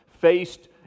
faced